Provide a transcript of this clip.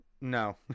no